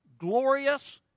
glorious